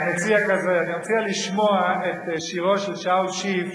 אני מציע לשמוע את שירו של שאול שיף,